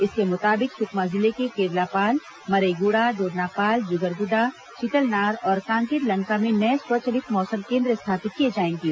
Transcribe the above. इसके मुताबिक सुकमा जिले के केरलापाल मरईगुडा दोरनापाल जुगरगुडा चितलनार और कांकेर लंका में नए स्वचलित मौसम कोन्द्र स्थापित किए जाएंगे